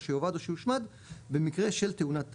או שיאבד או שיושמד במקרה של תאונת טיס.